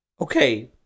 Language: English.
Okay